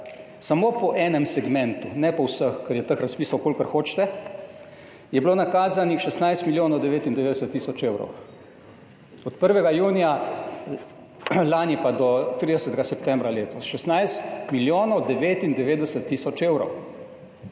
samo po enem segmentu, ne po vseh, kar je teh razpisov kolikor hočete, nakazanih 16 milijonov 99 tisoč evrov. Od 1. junija lani pa do 30. septembra letos 16 milijonov 99 tisoč evrov.